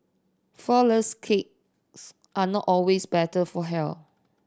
flourless cakes are not always better for health